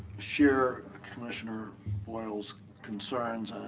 share ah commissioner boyle's concerns.